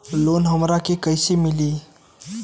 Loan हमरा के कईसे मिली?